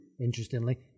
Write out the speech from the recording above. Interestingly